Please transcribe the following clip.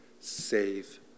save